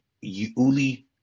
Uli